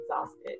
exhausted